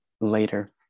later